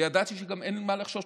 וידעתי שגם אין ממה לחשוש,